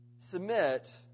submit